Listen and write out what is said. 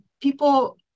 people